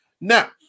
Now